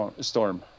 storm